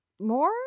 more